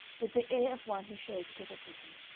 with the air of one who shares a difficulty,